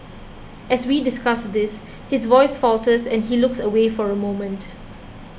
as we discuss this his voice falters and he looks away for a moment